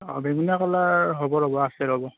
অ বেঙুনীয়া কালাৰ হ'ব ৰ'ব আছে ৰ'ব